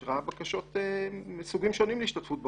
היא אישרה בקשות מסוגים שונים להשתתפות בהוצאות,